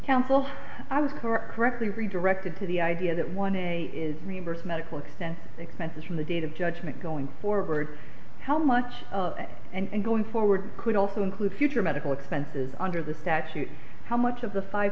counsel i was correctly redirected to the idea that one a is members medical expenses expenses from the date of judgment going forward how much of it and going forward could also include future medical expenses under the statute how much of the five